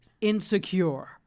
Insecure